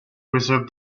preserve